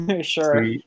sure